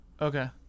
Okay